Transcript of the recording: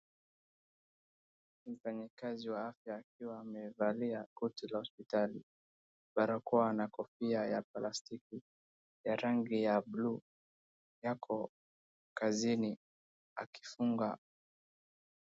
Mfanyakazi wa afya akiwa amevalia koti la hospitali, barakoa na kofia ya plastiki ya rangi ya buluu ako kazini akifunga.